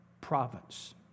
province